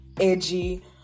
edgy